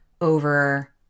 over